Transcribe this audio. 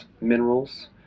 minerals